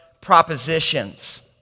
propositions